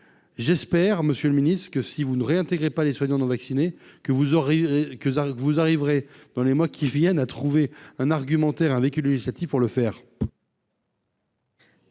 j'espère, Monsieur le Ministre, que si vous ne réintégrait pas les soignants non vaccinés que vous aurez que vous arriverez dans les mois qui viennent, à trouver un argumentaire un véhicule législatif pour le faire.